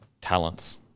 talents